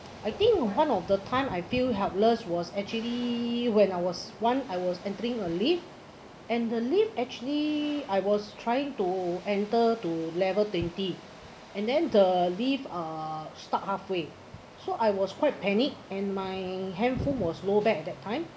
I think one of the time I feel helpless was actually when I was one I was entering a lift and the lift actually I was trying to enter to level twenty and then the lift uh stuck halfway so I was quite panic and my hand phone was low batt that time